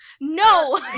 No